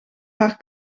haar